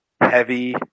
heavy